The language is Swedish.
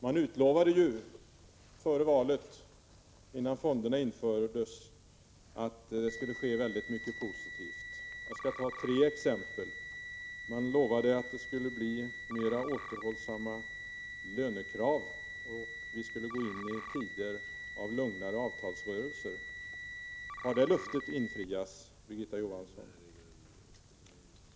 Man utlovade i valrörelsen innan fonderna infördes att de skulle medföra mycket positivt. Jag skall anföra tre exempel. Man lovade för det första att det skulle bli mer återhållsamma lönekrav: vi skulle gå in i tider av lugnare avtalsrörelser. Har det löftet infriats, Birgitta Johansson?